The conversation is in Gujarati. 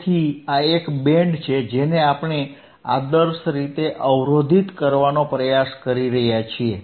તેથી આ એક બેન્ડ છે જેને આપણે આદર્શ રીતે અવરોધિત કરવાનો પ્રયાસ કરી રહ્યા છીએ